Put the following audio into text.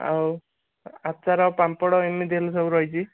ଆଉ ଆଚାର ପାମ୍ପଡ଼ ଏମିତି ହେଲେ ସବୁ ରହିଛି